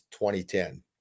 2010